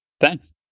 thanks